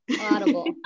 Audible